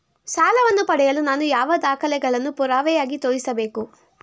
ಸಾಲವನ್ನು ಪಡೆಯಲು ನಾನು ಯಾವ ದಾಖಲೆಗಳನ್ನು ಪುರಾವೆಯಾಗಿ ತೋರಿಸಬೇಕು?